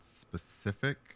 specific